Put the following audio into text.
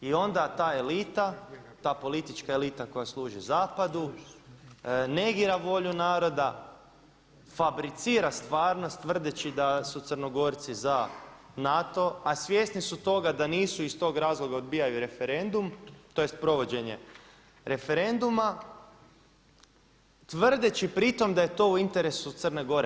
I onda ta elita ta politička elita koja služi zapadu negira volju naroda, fabricira stvarnost tvrdeći da su Crnogorci za NATO, a svjesni su toga da nisu iz tog razloga odbijaju referendum tj. provođenje referenduma tvrdeći pri tome da je to u interesu Crne Gore.